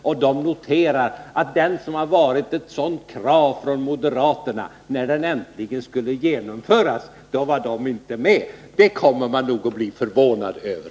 De kan notera att moderaterna energiskt har krävt en sådan reform, men när den äntligen skulle genomföras var de inte med — det kommer man nog att bli förvånad över.